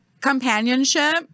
Companionship